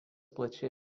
plačiai